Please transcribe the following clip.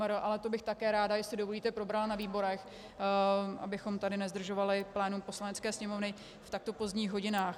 Ale to bych také ráda, jestli dovolíte, probrala na výborech, abychom tady nezdržovali plénum Poslanecké sněmovny v takto pozdních hodinách.